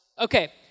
Okay